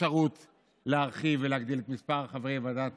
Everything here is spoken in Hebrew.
אפשרות להרחיב ולהגדיל את מספר חברי ועדת